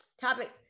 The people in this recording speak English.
Topic